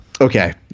Okay